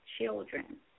children